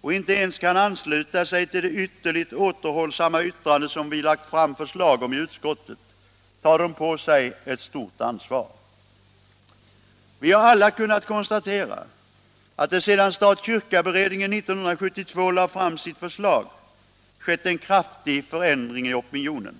och inte ens kan ansluta sig till det ytterligt återhållsamma yttrande som vi avgivit i utskottet, tar de på sig ett stort ansvar. Vi har alla kunnat konstatera att det sedan stat-kyrka-beredningen 1972 lade fram sitt förslag har skett en kraftig förändring i opinionen.